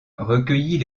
recueillit